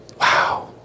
Wow